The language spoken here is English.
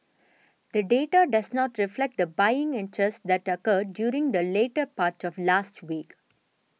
the data does not reflect the buying interest that occurred during the latter part of last week